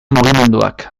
mugimenduak